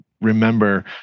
remember